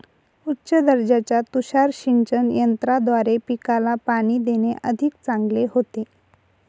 उच्च दर्जाच्या तुषार सिंचन यंत्राद्वारे पिकाला पाणी देणे अधिक चांगले होते